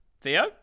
Theo